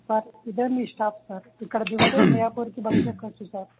sir ఇదే మీ staff sir ఇక్కడ దిగుగితే మియాపూర్కి బస్సు ఎక్కొచ్చు సార్